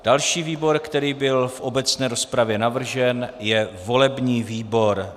Další výbor, který byl v obecné rozpravě navržen, je volební výbor.